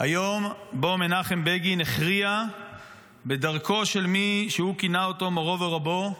היום שבו מנחם בגין הכריע בדרכו של מי שהוא כינה אותו מורו ורבו,